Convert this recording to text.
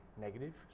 negative